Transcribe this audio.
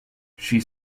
she